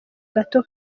gato